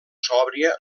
sòbria